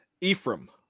Ephraim